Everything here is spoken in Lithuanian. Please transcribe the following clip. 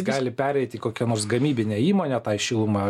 gali pereit į kokią nors gamybinę įmonę tai šilumą